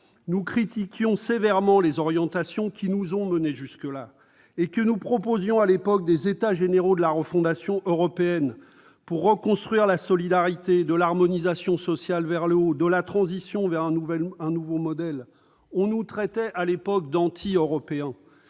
nous critiquions sévèrement les orientations qui nous ont menés jusque-là et que nous proposions des États généraux de la refondation européenne pour reconstruire de la solidarité, de l'harmonisation sociale vers le haut, de la transition vers un nouveau modèle, on nous traitait d'anti-européens.